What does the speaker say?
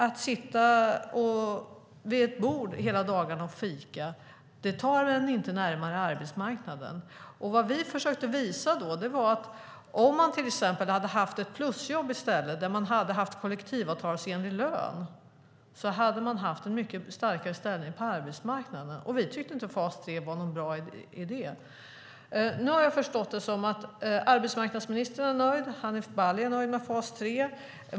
Att sitta vid ett bord hela dagarna och fika tar en inte närmare arbetsmarknaden, och vad vi försökte visa var att om man i stället till exempel hade haft ett plusjobb med kollektivavtalsenlig lön så hade man haft en mycket starkare ställning på arbetsmarknaden. Vi tycker inte att fas 3 var någon bra idé. Nu har jag förstått det som att arbetsmarknadsministern är nöjd och Hanif Bali är nöjd med fas 3.